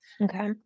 Okay